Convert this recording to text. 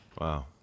Wow